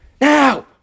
now